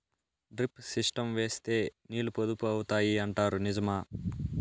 Drip system వేస్తే నీళ్లు పొదుపు అవుతాయి అంటారు నిజమా?